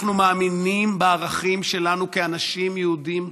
אנחנו מאמינים בערכים שלנו כאנשים יהודים,